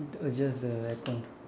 adjust the aircon